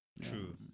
True